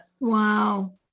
Wow